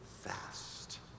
fast